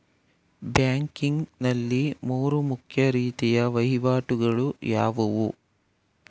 Banking ನಲ್ಲಿ ಮೂರು ಮುಖ್ಯ ರೀತಿಯ ವಹಿವಾಟುಗಳು ಯಾವುವು?